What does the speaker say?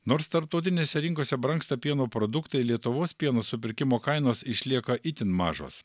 nors tarptautinėse rinkose brangsta pieno produktai lietuvos pieno supirkimo kainos išlieka itin mažos